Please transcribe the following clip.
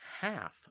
half